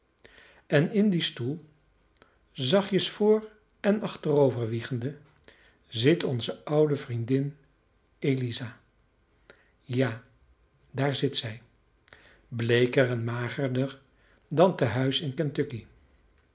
en in dien stoel zachtjes voor en achterover wiegende zit onze oude vriendin eliza ja daar zit zij bleeker en magerder dan tehuis in